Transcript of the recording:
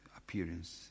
appearance